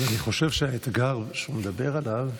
אני חושב שהאתגר שהוא מדבר עליו,